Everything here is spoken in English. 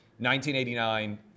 1989